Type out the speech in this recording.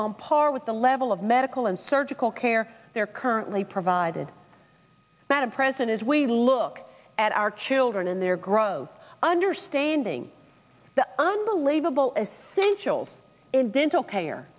on par with the level of medical and surgical care they're currently provided by the president as we look at our children and their growth understanding the unbelievable as sensual in dental care